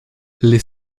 les